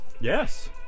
Yes